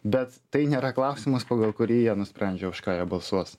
bet tai nėra klausimas pagal kurį jie nusprendžia už ką jie balsuos